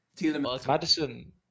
Madison